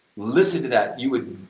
listen to that you wouldn't,